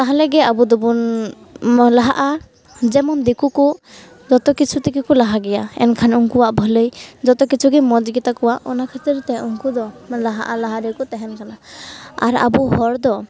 ᱛᱟᱦᱚᱞᱮ ᱜᱮ ᱟᱵᱚᱫᱚ ᱵᱚᱱ ᱞᱟᱦᱟᱜᱼᱟ ᱡᱮᱢᱚᱱ ᱫᱤᱠᱩᱠᱚ ᱡᱚᱛᱚ ᱠᱤᱪᱷᱩ ᱛᱮᱜᱮ ᱠᱚ ᱞᱟᱦᱟ ᱜᱮᱭᱟ ᱮᱱᱠᱷᱟᱱ ᱩᱱᱠᱚᱣᱟᱜ ᱵᱷᱟᱹᱞᱟᱹᱭ ᱡᱚᱛᱚ ᱠᱤᱪᱷᱩᱜᱮ ᱢᱚᱡᱽ ᱜᱮᱛᱟᱠᱚᱣᱟ ᱚᱱᱟ ᱠᱷᱟᱹᱛᱤᱨᱛᱮ ᱩᱱᱠᱚ ᱫᱚ ᱞᱟᱦᱟ ᱟᱨ ᱞᱟᱦᱟ ᱨᱮᱜᱮᱠᱚ ᱛᱮᱦᱮᱱ ᱠᱟᱱᱟ ᱟᱨ ᱟᱵᱚ ᱦᱚᱲᱫᱚ